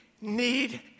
need